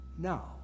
Now